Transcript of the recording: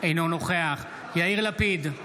אינו נוכח יאיר לפיד,